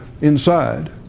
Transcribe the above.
inside